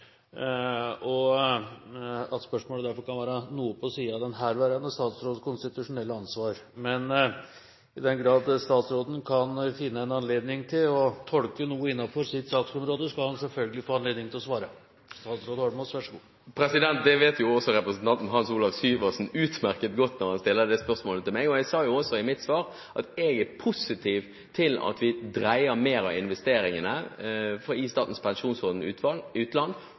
og at spørsmålet derfor kan være noe på siden av den herværende statsråds konstitusjonelle ansvar. Men i den grad statsråden kan finne en anledning til å tolke noe innenfor sitt saksområde, skal han selvfølgelig få anledning til å svare. Det vet også representanten Hans Olav Syversen utmerket godt når han stiller det spørsmålet til meg. Jeg sa også i mitt svar at jeg er positiv til at vi dreier mer av investeringen i Statens pensjonsfond utland